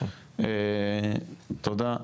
תודה,